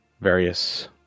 various